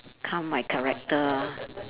calm my character ah